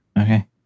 Okay